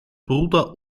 bruder